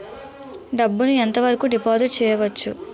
డబ్బు ను ఎంత వరకు డిపాజిట్ చేయవచ్చు?